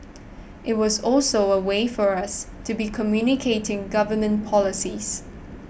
it's also a way for us to be communicating government policies